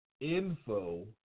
info